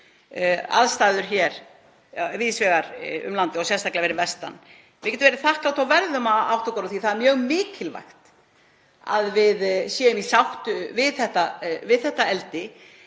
aðstæður hér víðs vegar um landið og sérstaklega fyrir vestan? Við getum verið þakklát og verðum að átta okkur á því að það er mjög mikilvægt að við séum í sátt við þetta eldi